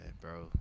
bro